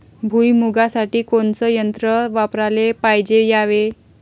भुइमुगा साठी कोनचं तंत्र वापराले पायजे यावे?